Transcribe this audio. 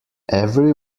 every